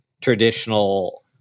traditional